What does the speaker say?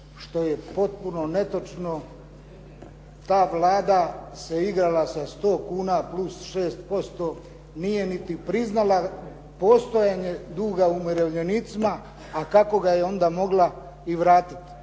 što je potpuno netočno Ta Vlada se igrala sa 100 kuna plus 6% nije niti priznala postojanje duga umirovljenicima, a kako ga je onda mogla vratiti.